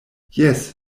jes